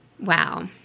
Wow